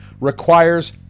requires